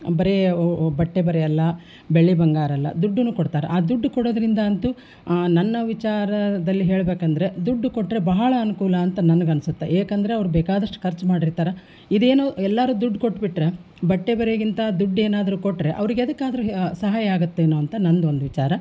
ಬರೆ ಬಟ್ಟೆ ಬರೆ ಅಲ್ಲ ಬೆಳ್ಳಿ ಬಂಗಾರ ಅಲ್ಲ ದುಡ್ಡೂನು ಕೊಡ್ತಾರೆ ಆ ದುಡ್ಡು ಕೊಡೋದರಿಂದ ಅಂತೂ ನನ್ನ ವಿಚಾರದಲ್ಲಿ ಹೇಳಬೇಕಂದ್ರೆ ದುಡ್ಡು ಕೊಟ್ಟರೆ ಬಹಳ ಅನುಕೂಲ ಅಂತ ನನಗನಿಸುತ್ತೆ ಏಕಂದರೆ ಅವ್ರು ಬೇಕಾದಷ್ಟು ಖರ್ಚು ಮಾಡಿರ್ತಾರೆ ಇದೇನು ಎಲ್ಲರೂ ದುಡ್ಡು ಕೊಟ್ಬಿಟ್ರೆ ಬಟ್ಟೆ ಬರೆಗಿಂತ ದುಡ್ಡು ಏನಾದರೂ ಕೊಟ್ಟರೆ ಅವ್ರ್ಗೆ ಎದಕ್ಕಾದರೂ ಸಹಾಯ ಆಗತ್ತೇನೊ ಅಂತ ನಂದೊಂದು ವಿಚಾರ